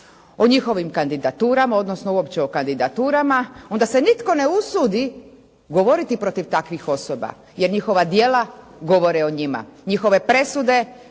o njihovim kandidaturama, odnosno uopće o kandidaturama, onda se nitko ne usudi govoriti protiv takvih osoba, jer njihova djela govore o njima, njihove presude,